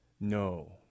no